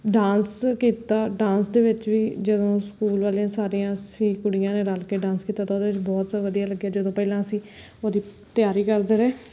dance ਕੀਤਾ dance ਦੇ ਵਿੱਚ ਵੀ ਜਦੋਂ ਸਕੂਲ ਵਾਲੀਆਂ ਸਾਰੀਆਂ ਅਸੀਂ ਕੁੜੀਆਂ ਨੇ ਰਲ ਕੇ ਡਾਂਸ ਕੀਤਾ ਤਾਂ ਉਹਦੇ ਵਿੱਚ ਬਹੁਤ ਹੀ ਵਧੀਆ ਲੱਗਿਆ ਜਦੋਂ ਪਹਿਲਾਂ ਅਸੀਂ ਉਹਦੀ ਤਿਆਰੀ ਕਰਦੇ ਰਹੇ